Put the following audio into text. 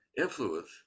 influence